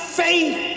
faith